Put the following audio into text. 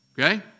Okay